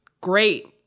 great